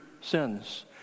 sins